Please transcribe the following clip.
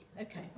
Okay